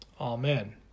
Amen